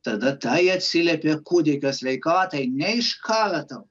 tada tai atsiliepia kūdikio sveikatai ne iš karto